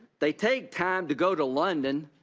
they take time to go to london